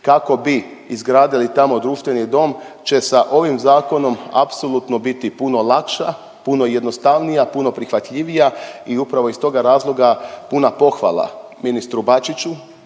kako bi izgradili tamo društveni dom će sa ovim zakonom apsolutno biti puno lakša, puno jednostavnija, puno prihvatljivija i upravo iz toga razloga puna pohvala ministru Bačiću,